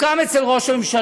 חברי הכנסת, וכבוד סגן